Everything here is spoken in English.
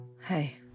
Hey